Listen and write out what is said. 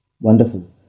Wonderful